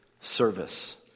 service